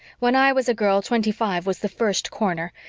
when i was a girl twenty-five was the first corner.